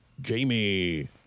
Jamie